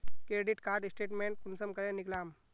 Credit card statement कुंसम करे निकलाम?